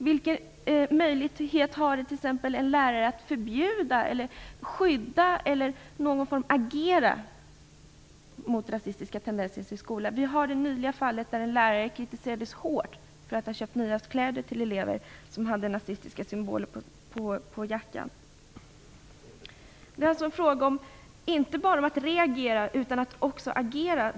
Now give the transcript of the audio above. Vilken möjlighet har t.ex. en lärare att förbjuda, skydda från eller i någon form agera mot rasistiska tendenser i sin skola? En lärare kritiserades nyligen hårt för att ha köpt nya kläder till elever som hade nazistiska symboler på jackan. Det är alltså en fråga om att inte bara reagera utan också agera.